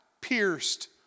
pierced